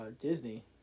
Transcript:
Disney